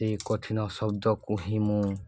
ସେ କଠିନ ଶବ୍ଦକୁ ହିଁ ମୁଁ